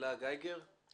תהילה גייגר, בבקשה.